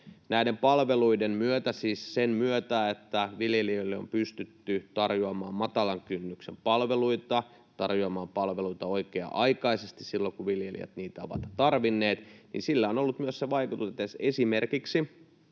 Näillä palveluilla — siis sen myötä, että viljelijöille on pystytty tarjoamaan matalan kynnyksen palveluita, tarjoamaan palveluita oikea-aikaisesti, silloin kun viljelijät niitä ovat tarvinneet — on ollut myös se vaikutus, että esimerkiksi